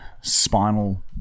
spinal